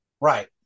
Right